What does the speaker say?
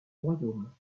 royaume